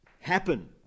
happen